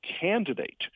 candidate